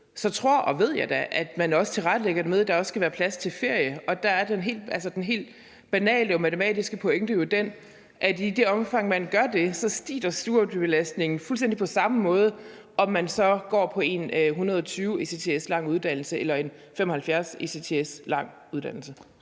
så tror og ved jeg da, at man også tilrettelægger det med, at der også skal være plads til ferie, og der er den helt banale og matematiske pointe jo, at i det omfang, man gør det, stiger studiebelastningen fuldstændig på samme måde, om man går på en 120 ECTS lang uddannelse eller en 75 ECTS lang uddannelse.